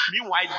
meanwhile